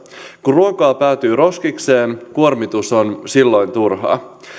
kun ruokaa päätyy roskikseen kuormitus on silloin turhaa